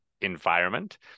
environment